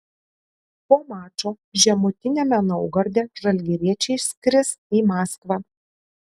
po mačo žemutiniame naugarde žalgiriečiai skris į maskvą